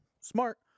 smart